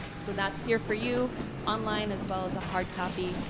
so that's here for you online as well as a hard copy.